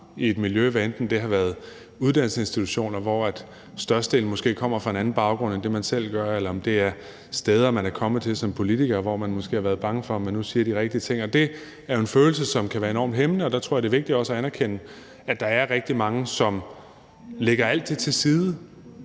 i et miljø, hvad enten det har været en uddannelsesinstitution, hvor størstedelen måske kommer fra en anden baggrund end den, man selv gør, eller om det har været steder, man er kommet til som politiker, og hvor man måske har været bange, i forhold til om man nu siger de rigtige ting. Det er jo en følelse, som kan være enormt hæmmende, og der tror jeg det er vigtigt også at anerkende, at der er rigtig mange, som lægger alt det til side